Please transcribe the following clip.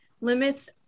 limits